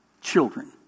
children